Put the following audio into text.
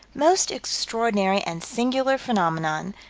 most extraordinary and singular phenomenon,